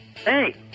Hey